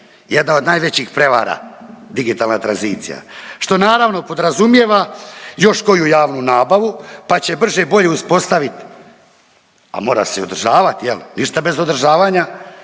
jedna od najvećih prevara, digitalna tranzicija, što naravno, podrazumijeva još koju javnu nabavu pa će brže bolje uspostaviti, a mora se i održavati, je li, ništa bez održavanja,